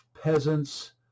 peasants